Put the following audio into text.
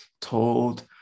told